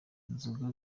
inzoga